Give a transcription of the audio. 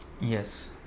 Yes